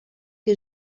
que